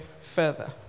further